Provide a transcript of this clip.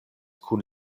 kun